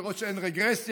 לראות שאין רגרסיה.